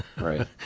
Right